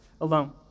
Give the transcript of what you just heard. alone